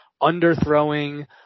under-throwing –